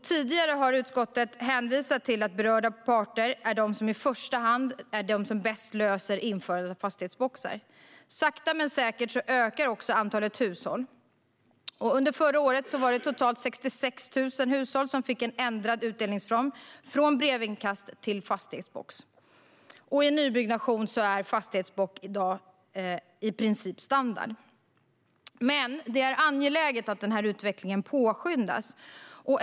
Tidigare har utskottet hänvisat till att berörda parter är de som i första hand bäst löser införandet av fastighetsboxar. Sakta men säkert ökar också antalet hushåll med fastighetsboxar. Under förra året var det totalt 66 000 hushåll som fick en ändrad utdelningsform, från brevinkast till fastighetsbox. I nybyggnation är i dag fastighetsboxar i princip standard. Men det är angeläget att denna utveckling påskyndas.